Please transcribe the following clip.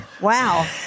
Wow